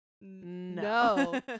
No